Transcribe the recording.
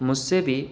مجھ سے بھی